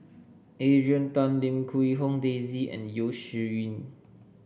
Adrian Tan Lim Quee Hong Daisy and Yeo Shih Yun